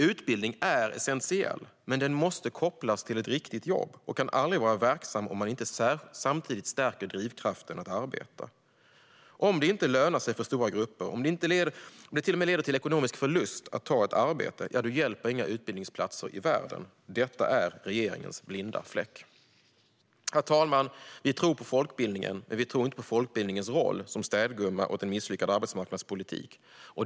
Utbildning är essentiell, men den måste kopplas till ett riktigt jobb och kan aldrig vara verksam om man inte samtidigt stärker drivkraften att arbeta. Om det inte lönar sig för stora grupper utan till och med leder till ekonomisk förlust att ta ett arbete, då hjälper inga utbildningsplatser i världen. Detta är regeringens blinda fläck. Vi tror på folkbildningen, men vi tror inte på folkbildningens roll som städgumma åt en misslyckad arbetsmarknadspolitik.